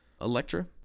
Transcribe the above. Electra